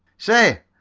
say,